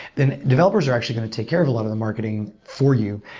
then developers are actually going to take care of a lot of the marketing for you,